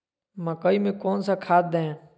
मकई में कौन सा खाद दे?